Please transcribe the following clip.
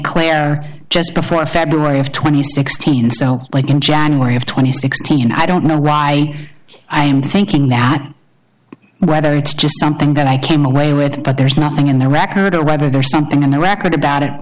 clair just before february of twenty sixteen cell like in january of twenty sixteen i don't know right i'm thinking now whether it's just something that i came away with but there's nothing in the record or rather there's something on the record about it